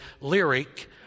lyric